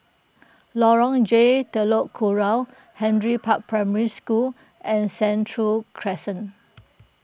Lorong J Telok Kurau Henry Park Primary School and Sentul Crescent